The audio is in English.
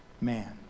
man